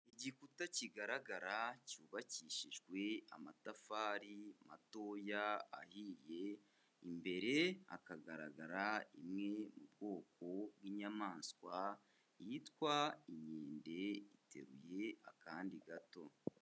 Igikuta kigaragara cyubakishijwe amatafari matoya ahiye, imbere hakagaragara imwe mu bwoko bw'inyamaswa yitwa inkende iteruye akandi gato.